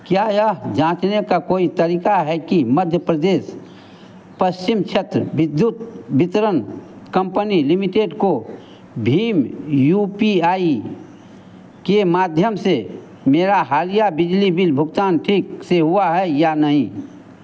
क्या यह जाँचने का कोई तरीका है कि मध्य प्रदेश पश्चिम क्षेत्र विद्युत वितरण कम्पनी लिमिटेड को भीम यू पी आई के माध्यम से मेरा हालिया बिजली बिल भुगतान ठीक से हुआ है या नहीं